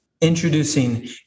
introducing